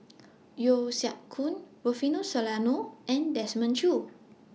Yeo Siak Goon Rufino Soliano and Desmond Choo